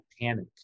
panic